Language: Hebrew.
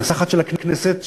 המנסחת של הכנסת,